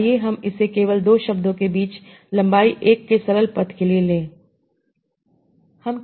तो आइए हम इसे केवल 2 शब्दों के बीच लंबाई 1 के सरल पथ के लिए लें